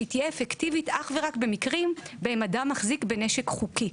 שהיא תהיה אפקטיבית אך ורק במקרים בהם אדם מחזיק בנשק חוקי.